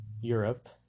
Europe